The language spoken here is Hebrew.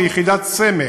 כיחידת סמך,